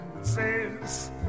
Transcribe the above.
says